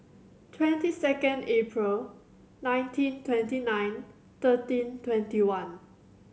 twenty second April nineteen twenty nine thirteen twenty one